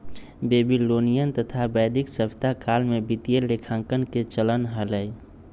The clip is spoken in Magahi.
बेबीलोनियन तथा वैदिक सभ्यता काल में वित्तीय लेखांकन के चलन हलय